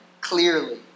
clearly